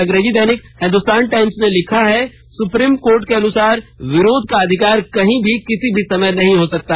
अंग्रेजी दैनिक हिन्दुस्तान टाइम्स ने लिखा है सुप्रीम कोर्ट के अनुसार विरोध का अधिकार कहीं भी किसी भी समय नहीं हो सकता